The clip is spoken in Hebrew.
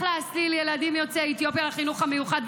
להסליל ילדים יוצאי אתיופיה לחינוך המיוחד,